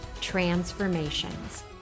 transformations